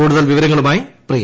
കൂടുതൽ വിവരങ്ങളുമായി പ്രിയ